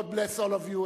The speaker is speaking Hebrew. God bless all of you,